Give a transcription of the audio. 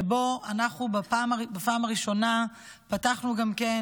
שבהן אנחנו בפעם הראשונה פתחנו גם כן